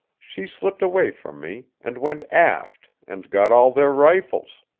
she slipped away from me, and went aft, and got all their rifles.